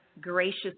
gracious